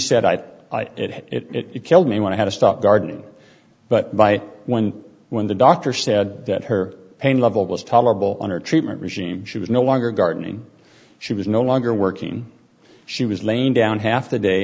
had it killed me want to stop gardening but by when when the doctor said that her pain level was tolerable under treatment regime she was no longer gardening she was no longer working she was laying down half the day